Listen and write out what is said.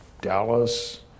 Dallas